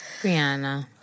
Brianna